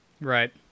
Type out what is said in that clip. Right